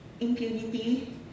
impunity